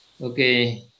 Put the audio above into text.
Okay